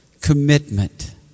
commitment